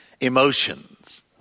Emotions